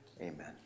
Amen